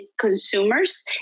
consumers